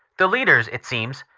the leaders, it seems,